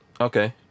okay